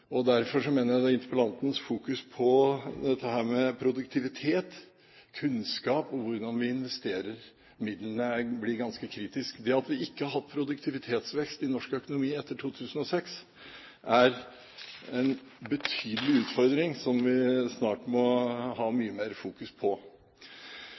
land. Derfor mener jeg interpellantens fokusering på dette med produktivitet, kunnskap og hvordan vi investerer midlene, blir ganske kritisk, og det at vi ikke har hatt produktivitetsvekst i norsk økonomi etter 2006, er en betydelig utfordring som vi snart må